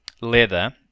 Leather